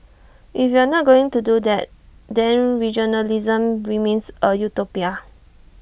if we are not going to do that then regionalism remains A utopia